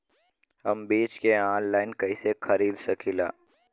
हम बीज के आनलाइन कइसे खरीद सकीला?